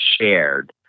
shared